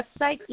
website